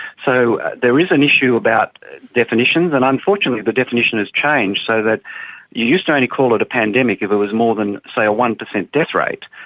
so there is an issue about definitions, and unfortunately the definition has changed, so that you used to only call it a pandemic if it was more than, say, a one percent death rate,